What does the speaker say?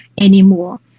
anymore